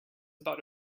about